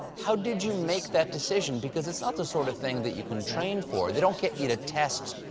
how did you make that decision? because it's not the sort of thing that you can train for. they don't get you to test,